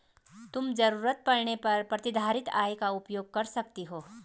तुम ज़रूरत पड़ने पर प्रतिधारित आय का उपयोग कर सकती हो